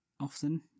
often